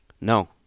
No